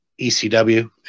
ECW